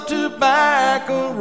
Tobacco